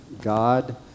God